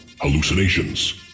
hallucinations